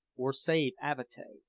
or save avatea.